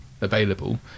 available